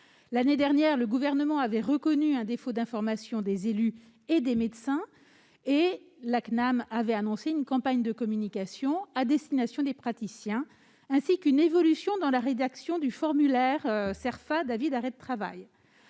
L'année dernière, le Gouvernement avait reconnu un défaut d'information des élus et des médecins. La CNAM avait annoncé une campagne de communication à destination des praticiens, ainsi qu'une évolution de la rédaction du formulaire Cerfa d'avis d'arrêt de travail,